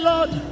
Lord